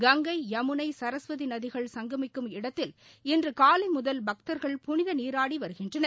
கங்கை யமுனை சரஸ்வதி நதிகள் சங்கமிக்கும் இடத்தில் இன்று காலை முதல் பக்தர்கள் புனித நீராடி வருகின்றனர்